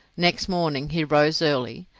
next morning he rose early,